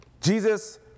Jesus